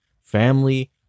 family